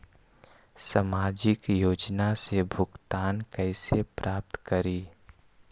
सामाजिक योजना से भुगतान कैसे प्राप्त करी?